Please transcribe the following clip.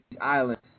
islands